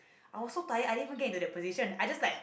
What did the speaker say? I was so tired I didn't even get into that position I just like